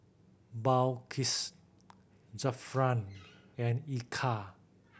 Balqis Zafran and Eka